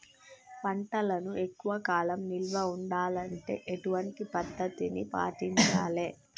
పంటలను ఎక్కువ కాలం నిల్వ ఉండాలంటే ఎటువంటి పద్ధతిని పాటించాలే?